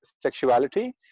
sexuality